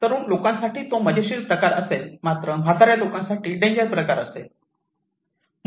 तरुण लोकांसाठी तो मजेशीर प्रकार असेल मात्र म्हाताऱ्या लोकांसाठी डेंजर प्रकार असेल